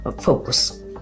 focus